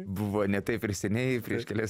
buvo ne taip ir seniai prieš kelias